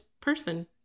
person